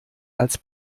als